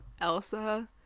Elsa